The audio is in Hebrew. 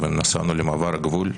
ונסענו למעבר הגבול.